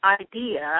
idea –